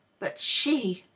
but she.